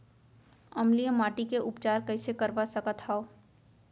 अम्लीय माटी के उपचार कइसे करवा सकत हव?